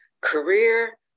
career